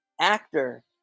actor